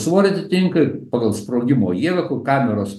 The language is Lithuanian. svorį atitinka pagal sprogimo jėgą kur kameros